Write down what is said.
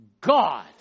God